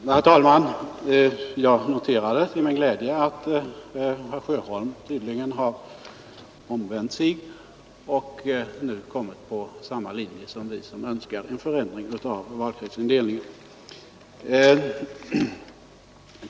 Herr talman! Jag noterade med glädje att herr Sjöholm tydligen har omvänt sig och nu har kommit på samma linje som vi, som önskar en förändring i valkretsindelningen.